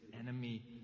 enemy